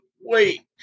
wait